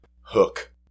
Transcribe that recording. Hook